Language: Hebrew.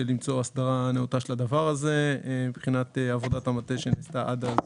הסדרה נאותה של הדבר הזה מבחינת עבודת המטה שנעשתה עד אז.